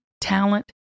talent